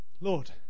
Lord